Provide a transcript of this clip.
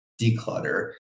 declutter